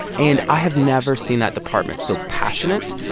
and i have never seen that department so passionate.